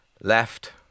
Left